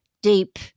deep